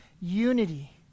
unity